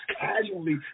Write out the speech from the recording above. casually